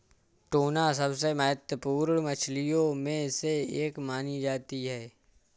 tuna सबसे महत्त्वपूर्ण मछलियों में से एक मानी जाती है